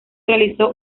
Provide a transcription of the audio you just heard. realizó